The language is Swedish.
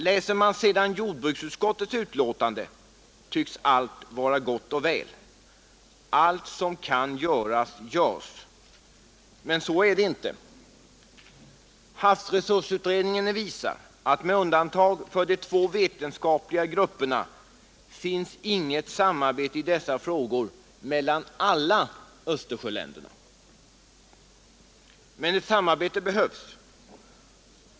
Läser man sedan jordbruksutskottets betänkande tycks allt vara gott och väl; allt som kan göras görs. Men så är det inte. Havsresursutredningen visar att med undantag för de två vetenskapliga grupperna finns inget samarbete i dessa frågor mellan alla Östersj Men ett samarbete behövs.